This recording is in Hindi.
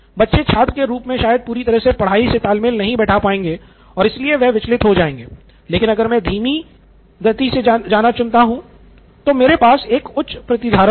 बच्चे छात्र के रूप मे शायद पूरी तरह से पढ़ाई से तालमेल नहीं बैठा पाएंगे और इसलिए वह विचलित हो जाएँगे लेकिन अगर मैं धीमा जाना चुनता हूं तो मेरे पास एक उच्च प्रतिधारण होगा